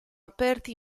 aperti